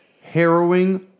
harrowing